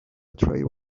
trail